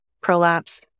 prolapse